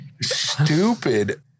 stupid